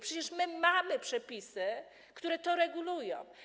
Przecież mamy przepisy, które to regulują.